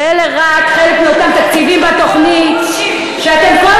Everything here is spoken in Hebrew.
ואלה רק חלק מאותם תקציבים בתוכנית שאתם כל